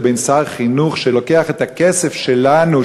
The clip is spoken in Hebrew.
לבין שר חינוך שלוקח את הכסף שלנו,